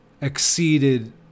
exceeded